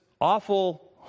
awful